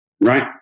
right